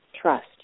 trust